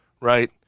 right